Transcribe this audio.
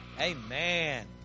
Amen